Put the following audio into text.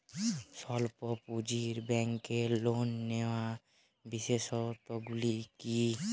স্বল্প পুঁজির ব্যাংকের লোন নেওয়ার বিশেষত্বগুলি কী কী?